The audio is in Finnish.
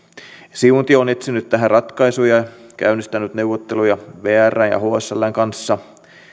siuntio on etsinyt tähän ratkaisuja ja käynnistänyt neuvotteluja vrn ja hsln kanssa lvmn